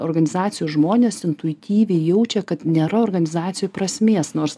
organizacijos žmonės intuityviai jaučia kad nėra organizacijoj prasmės nors